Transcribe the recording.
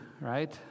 right